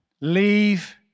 Leave